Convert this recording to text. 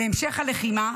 להמשך הלחימה,